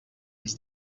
ens